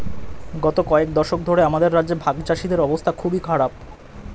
গত কয়েক দশক ধরে আমাদের রাজ্যে ভাগচাষীদের অবস্থা খুবই খারাপ